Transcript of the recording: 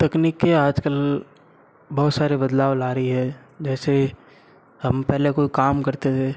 तकनीकें आज कल बहुत सारे बदलाव ला रही है जैसे हम पहले कोई काम करते थे